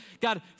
God